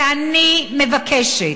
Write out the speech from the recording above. ואני מבקשת,